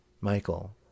Michael